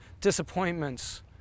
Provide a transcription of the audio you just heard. disappointments